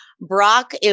Brock